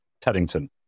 Teddington